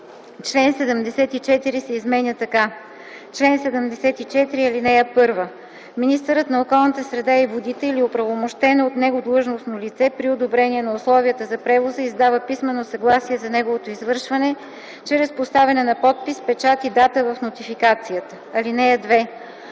Член 74 се изменя така: „Чл. 74. (1) Министърът на околната среда и водите или оправомощено от него длъжностно лице при одобрение на условията за превоза издава писмено съгласие за неговото извършване чрез поставяне на подпис, печат и дата в нотификацията. (2) Органът